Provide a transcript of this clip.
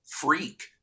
freak